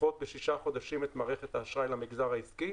לדחות בשישה חודשים את מערכת האשראי למגזר העסקי,